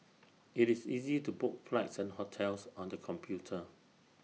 IT is easy to book flights and hotels on the computer